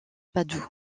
padoue